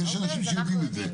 אני אתקן אותך רק.